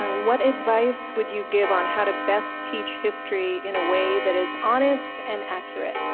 what advice would you give on how to best teach history in a way that is honest and accurate?